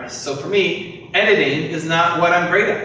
so for me, editing is not what i'm great at.